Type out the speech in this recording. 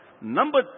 Number